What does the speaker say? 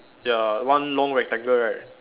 ya one long rectangle right